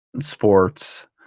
sports